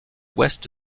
ouest